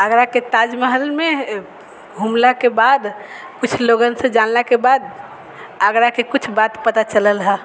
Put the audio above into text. आगराके ताजमहलमे घूमलाके बाद किछु लोगन से जानलाके बाद आगराके किछु बात पता चलल हँ